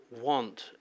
want